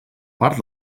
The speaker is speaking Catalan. part